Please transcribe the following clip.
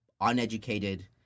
uneducated